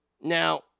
Now